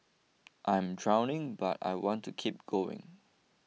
I am drowning but I want to keep going